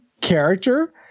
character